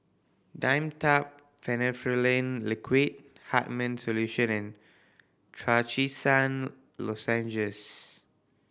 Dimetapp Phenylephrine Liquid Hartman's Solution and Trachisan Lozenges